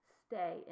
stay